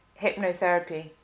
hypnotherapy